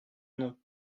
nom